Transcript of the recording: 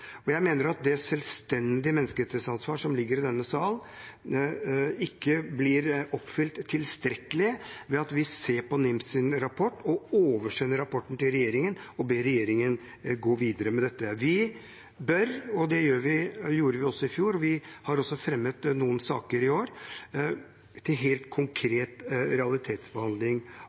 Jeg mener at det selvstendige menneskerettighetsansvaret som ligger i denne sal, ikke blir oppfylt tilstrekkelig ved at vi ser på NIMs rapport, oversender rapporten til regjeringen og ber regjeringen gå videre med dette. Vi gjorde det i fjor, og vi har også i år fremmet noen saker om helt konkret realitetsbehandling av området. Spesielt handler dette i år